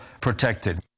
protected